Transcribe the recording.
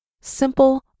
simple